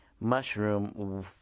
Mushroom